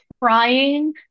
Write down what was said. crying